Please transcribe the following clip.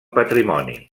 patrimoni